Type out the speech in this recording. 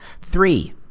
Three